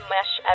Mesh